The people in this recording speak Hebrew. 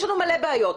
יש לנו מלא בעיות,